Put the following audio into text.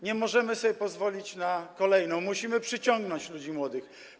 Nie możemy sobie pozwolić na kolejną, musimy przyciągnąć ludzi młodych.